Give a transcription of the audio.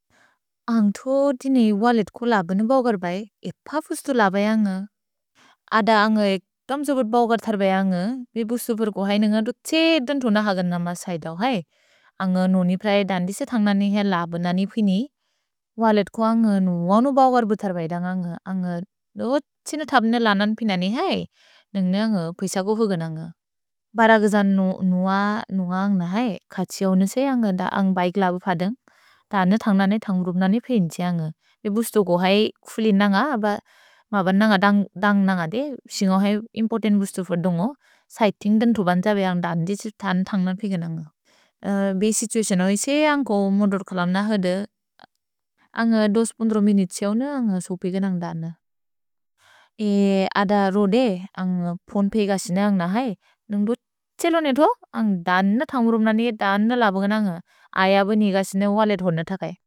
अन्ग् थो दिनि वलेत् को लबेने बोगर् बै, इप फुस्तु लबे अन्ग। अद अन्ग इक् तम्जोपेत् बोगर् थर् बै अन्ग, बिबु स्तुपुर् को है न्ग दुक् त्से दन्तोन हगन म सैदओ है। अन्ग नोनि प्रए दन्दिसे थन्गन नि है लबेन ननि पिनि, वलेत् को अन्ग नुअनो बोगर् बु थर् बै दन्ग अन्ग। अन्ग दो छिन थप्ने लनन् पिन ननि है, नन्ग अन्ग पैस को फुग नन्ग। भर गजन् नुअ नुअ अन्ग है, खतिअओ निसे अन्ग द अन्ग् बिके लबे फदन्ग्, दन्द थन्गन नि थन्गुरुप् ननि पेहि निस अन्ग। भिबु स्तुपुर् को है खुलि नन्ग, मबर् नन्ग दन्ग् नन्ग दे, सिन्गो है इम्पोर्तन्त् बु स्तुपुर् दोन्गो, सैतिन्ग् देन् तुबन् त्स बै अन्ग दन्दिसे थन्गन पेके नन्ग। भे सितुअस्योन ओइसे, अन्ग्को मोदोद् कलम् न हद, अन्ग दोस् पुन्द्रो मिनुत् त्सेओ न, अन्ग सोपेके नन्ग दन्द। ए अद रोदे, अन्ग फोने पेके गसिन अन्ग है, नन्ग् दु त्से लोने थो, अन्ग दन्द थन्गुरुप् ननि के दन्द लबेग नन्ग। अय ब निग सिन वल्लेत् होन थकै।